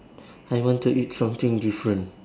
I want to eat something different